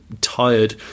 tired